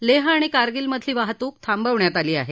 लेह आणि कारगिलमधली वाहतूक थांबवण्यात आली आहे